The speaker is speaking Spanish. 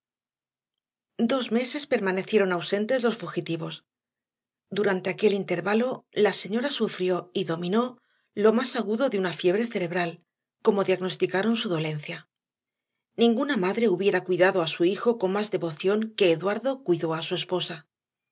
dos meses permanecieron ausentes los fugitivos durante aquel intervalo la señora sufrió y dominó lo más agudo de una fiebre cerebral como diagnosticaron su dolencia ninguna madre hubiera cuidado a su hijo con más devoción que eduardo cuidó a su esposa